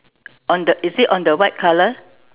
on the is it on the white colour